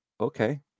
okay